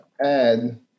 add